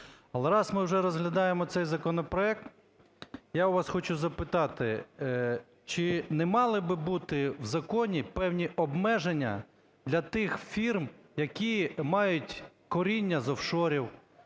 Але раз ми вже розглядаємо цей законопроект, я у вас хочу запитати, чи не мали би бути в законі певні обмеження для тих фірм, які мають коріння з офшорів,